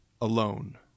alone